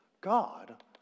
God